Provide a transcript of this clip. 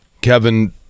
Kevin